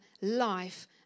life